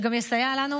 שגם יסייע לנו.